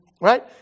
right